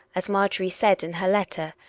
as marjorie said in her letter,